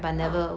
!huh!